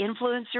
influencer